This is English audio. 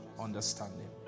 understanding